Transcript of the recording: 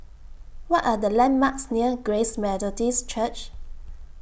What Are The landmarks near Grace Methodist Church